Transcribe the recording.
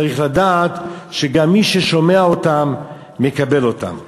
צריך לדעת שגם מי ששומע אותם מקבל אותם.